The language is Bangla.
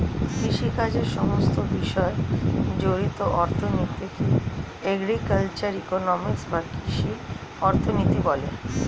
কৃষিকাজের সমস্ত বিষয় জড়িত অর্থনীতিকে এগ্রিকালচারাল ইকোনমিক্স বা কৃষি অর্থনীতি বলে